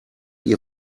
ihr